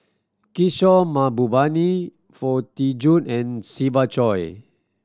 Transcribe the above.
Kishore Mahbubani Foo Tee Jun and Siva Choy